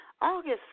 August